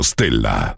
Stella